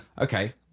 Okay